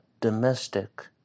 domestic